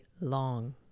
long